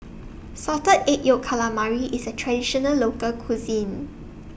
Salted Egg Yolk Calamari IS A Traditional Local Cuisine